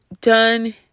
done